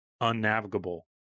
unnavigable